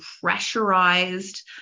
pressurized